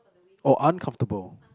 oh uncomfortable